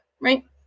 Right